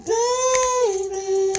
baby